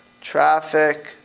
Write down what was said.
traffic